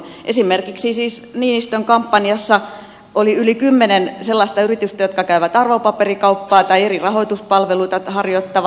esimerkiksi niinistön kampanjassa oli yli kymmenen sellaista yritystä jotka käyvät arvopaperikauppaa tai eri rahoituspalveluita harjoittavat